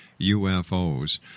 UFOs